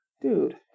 dude